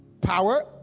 power